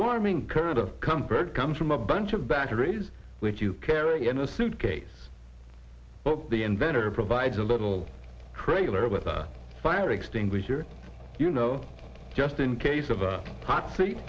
warming current of contract comes from a bunch of batteries which you carry in a suitcase of the inventor provides a little trailer with a fire extinguisher you know just in case of a hot